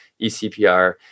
eCPR